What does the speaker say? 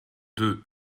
deux